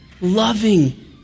loving